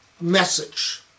message